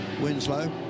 Winslow